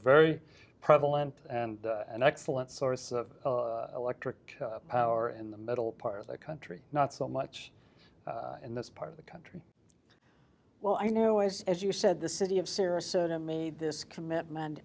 very prevalent and an excellent source of electric power in the middle part of the country not so much in this part of the country well i know as as you said the city of sarasota made this commitment